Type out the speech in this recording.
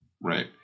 Right